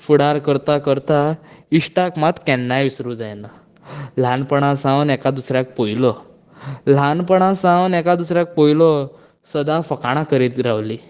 फुडार करता करता इश्टाक मात केन्नाय विसरूंक जायना ल्हानपणां सावन एका दुसऱ्यांक पळयलो ल्हानपणां सावन एका दुसऱ्यांक पळयलो सदांच फकाणां करीत रावलीं